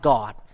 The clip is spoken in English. God